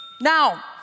Now